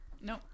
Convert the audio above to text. No